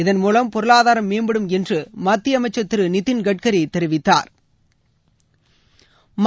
இதன் மூலம் பொருளாதாரம் மேம்படும் என்று மத்திய அமைச்சர் திரு நிதின் கட்கரி தெரிவித்தாா்